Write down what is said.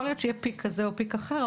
יכול להיות שיהיה פיק כזה או פיק אחר,